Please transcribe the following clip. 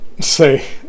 say